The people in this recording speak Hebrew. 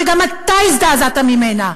וגם אתה הזדעזעת ממנה,